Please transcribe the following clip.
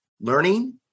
learning